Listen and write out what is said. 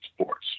sports